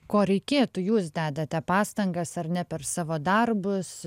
ko reikėtų jūs dedate pastangas ar ne per savo darbus